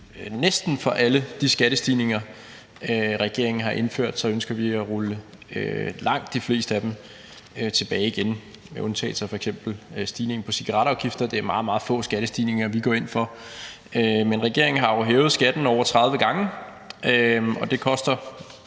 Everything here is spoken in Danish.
næsten alle de skattestigninger, regeringen har indført. Vi ønsker at rulle langt de fleste af dem tilbage. En undtagelse er f.eks. stigningen på cigaretafgifter, men det er meget, meget få skattestigninger, vi går ind for. Regeringen har jo hævet skatten over 30 gange, og det koster